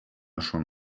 schon